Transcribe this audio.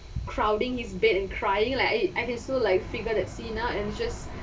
crowding his bed and crying like I I can still like figure that scene now and it's just